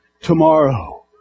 tomorrow